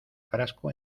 frasco